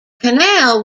canal